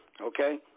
Okay